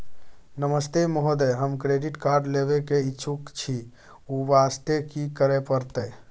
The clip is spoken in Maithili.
नमस्ते महोदय, हम क्रेडिट कार्ड लेबे के इच्छुक छि ओ वास्ते की करै परतै?